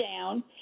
down—